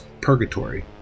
purgatory